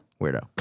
weirdo